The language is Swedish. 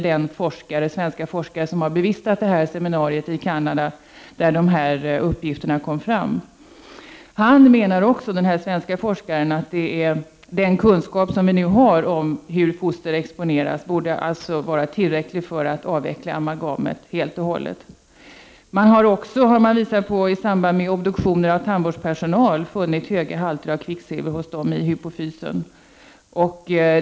Denne svenske forskare menar också att den kunskap vi nu har om hur foster exponeras alltså borde vara tillräcklig för att avveckla användningen av amalgam helt och hållet. I samband med obduktioner av tandvårdspersonal har man också funnit höga halter av kvicksilver i hypofysen.